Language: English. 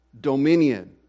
dominion